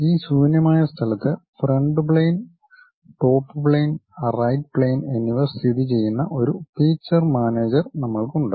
ഈ ശൂന്യമായ സ്ഥലത്ത് front plane top plane right plane എന്നിവ സ്ഥിതിചെയ്യുന്ന ഒരു ഫീച്ചർ മാനേജർ നമ്മൾക്ക് ഉണ്ട്